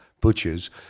butchers